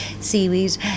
seaweed